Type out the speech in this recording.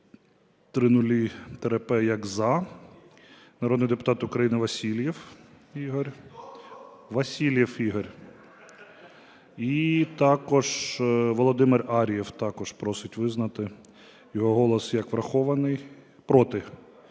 12000/П як "за". Народний депутат України Васильєв Ігор. (Шум у залі) Васильєв Ігор. І також Володимир Ар'єв, також просить визнати його голос як врахований "проти",